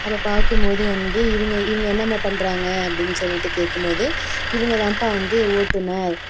அப்போ பாக்கும்போது வந்து இவங்க இவங்க என்னமா பண்றாங்க அப்படின்னு சொல்லிட்டு கேட்கும்போது இவங்க தான்பா வந்து ஓட்டுநர்